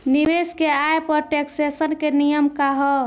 निवेश के आय पर टेक्सेशन के नियम का ह?